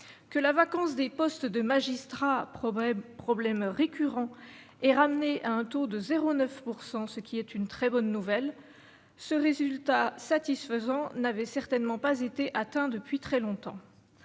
que la vacance des postes de magistrats problème, problème récurrent et ramenée à un taux de 0 9 pourcent ce qui est une très bonne nouvelle ce résultat satisfaisant n'avait certainement pas été atteint depuis très longtemps